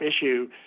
issue